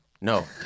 No